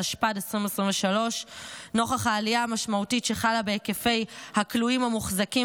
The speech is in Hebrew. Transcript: התשפ"ד 2024. נוכח העלייה המשמעותית שחלה בהיקפי הכלואים המוחזקים